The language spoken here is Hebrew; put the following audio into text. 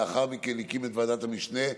לאחר מכן הוא הקים את ועדת המשנה,